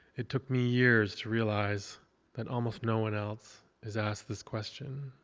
it took me years to realize that almost no one else is asked this question.